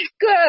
Good